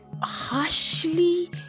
harshly